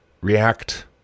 react